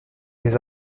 des